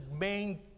main